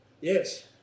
yes